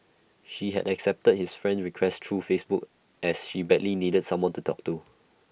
she had accepted his friend request through Facebook as she badly needed someone to talk to